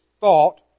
thought